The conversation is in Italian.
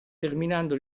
terminando